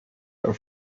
our